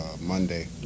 Monday